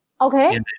Okay